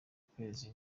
ukwezi